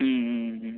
ம்ம்ம்